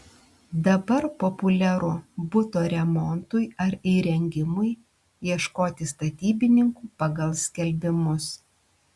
dabar populiaru buto remontui ar įrengimui ieškoti statybininkų pagal skelbimus